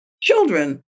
children